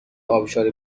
ابشار